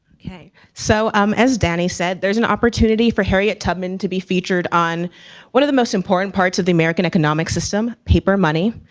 okay, so um as danny said, there's an opportunity for harriet tubman to be featured on one of the most important parts of the american economic system, paper money.